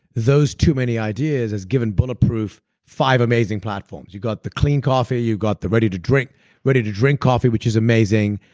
those too many ideas has given bulletproof five amazing platforms you've got the clean coffee, you've got the ready-to-drink ready-to-drink coffee, which is amazing.